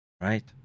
right